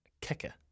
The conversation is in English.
Kicker